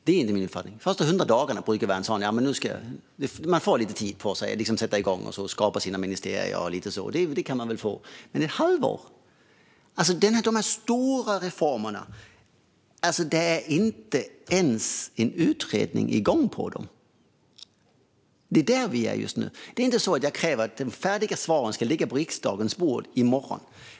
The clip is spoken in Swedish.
Man kan väl få de första hundra dagarna på sig att komma igång, bilda sina departement och så vidare - men inte ett halvår. Det handlar om stora reformer, men ni har inte ens tillsatt utredningar. Där är vi nu. Jag kräver inte att de färdiga svaren ska ligga på riksdagens bord i morgon.